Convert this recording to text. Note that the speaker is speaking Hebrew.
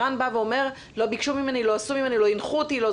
ערן אומר, לא ביקשו ממני, לא הנחו אותי.